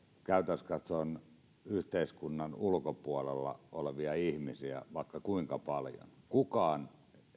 käytännössä katsoen yhteiskunnan ulkopuolella olevia ihmisiä vaikka kuinka paljon kukaan